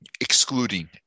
excluding